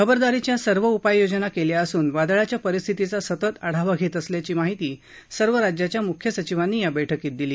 खबरदारीच्या सर्व उपाययोजना केल्या असून वादळाच्या परिस्थितीचा सतत आढावा घेत असल्याची माहिती सर्व राज्यांच्या म्ख्य सचिवांनी या बैठकीत दिली